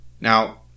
Now